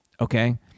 okay